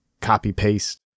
copy-paste